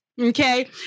okay